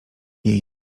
jej